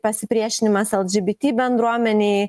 pasipriešinimas lgbt bendruomenei